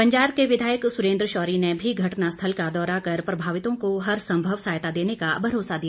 बंजार के विधायक सुरेन्द्र शौरी ने भी घटना स्थल का दौरा कर प्रभावितों को हर संभव सहायता देने का भरोसा दिया